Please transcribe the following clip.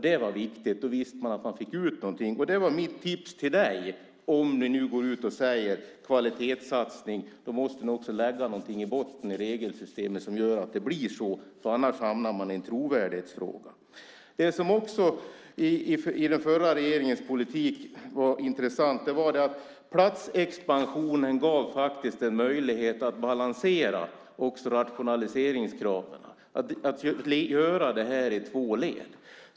Det var viktigt. Man visste att man fick ut något av dem. Mitt tips till dig var att ni, om ni nu talar om kvalitetssatsning, måste lägga något i botten på regelsystemet så att det blir så, annars blir det en trovärdighetsfråga. Den förra regeringens politik gav faktiskt platsexpansionen möjlighet att balansera även rationaliseringskraven och göra det i två led.